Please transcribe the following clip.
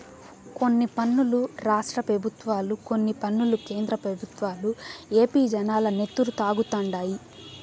కొన్ని పన్నులు రాష్ట్ర పెబుత్వాలు, కొన్ని పన్నులు కేంద్ర పెబుత్వాలు ఏపీ జనాల నెత్తురు తాగుతండాయి